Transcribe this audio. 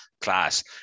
class